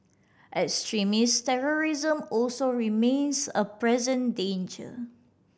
extremist terrorism also remains a present danger